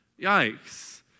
Yikes